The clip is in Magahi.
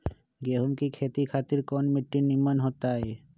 गेंहू की खेती खातिर कौन मिट्टी निमन हो ताई?